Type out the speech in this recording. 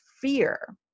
fear